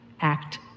act